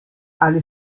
ali